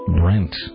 Brent